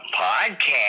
podcast